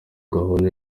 gahunda